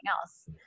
else